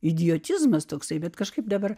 idiotizmas toksai bet kažkaip dabar